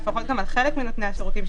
לפחות גם על חלק מנותני השירותים,